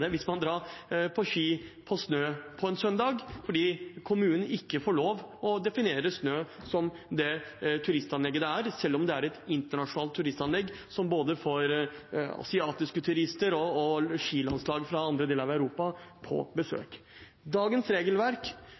får lov til å definere SNØ som det turistanlegget det er, selv om det er et internasjonalt turistanlegg som får både asiatiske turister og skilandslag fra andre deler av Europa på besøk. Dagens regelverk,